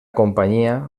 companyia